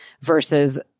versus